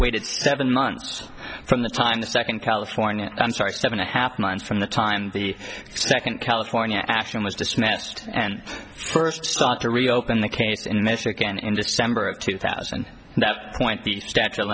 waited seven months from the time the second california i'm sorry seven a half months from the time the second california action was dismissed and first to reopen the case in this again in december of two thousand that point the statue of